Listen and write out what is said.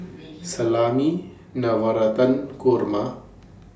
Salami Navratan Korma